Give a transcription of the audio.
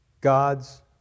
God's